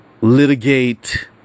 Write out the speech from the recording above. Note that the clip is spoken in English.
litigate